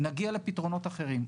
נגיע לפתרונות אחרים.